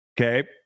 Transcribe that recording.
Okay